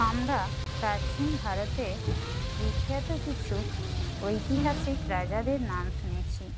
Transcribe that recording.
আমরা প্রাচীন ভারতে বিখ্যাত কিছু ঐতিহাসিক রাজাদের নাম শুনেছি